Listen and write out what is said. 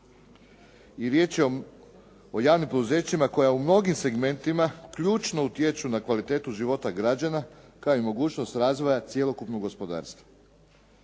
I riječ je o javnim poduzećima koja u mnogim segmentima ključno utječu na kvalitetu života građana kao i mogućnost razvoja cjelokupnog gospodarstva.